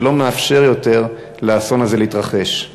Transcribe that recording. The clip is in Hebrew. שלא מאפשר לאסון הזה להתרחש.